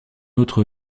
autre